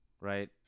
right